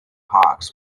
hawks